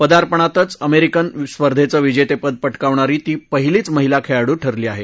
पदार्पणातच American स्पर्धेचं विजेतेपद पटकावणारी ती पहिलीच महिला खेळाडू ठरली आहे